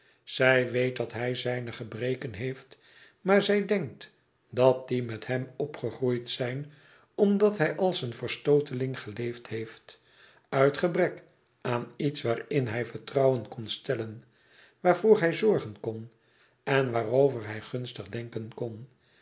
zij weet dat hij zijne gebreken heeft maar zij denkt dat die met hem opgegroeid zijn omdat hij als een verstooteling geleefd heeft uit gebrek aan iets waarin hij vertrouwen kon stellen waarvoor hij zorgen kon en waarover hij gunstig denken kon